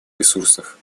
ресурсов